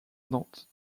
nantes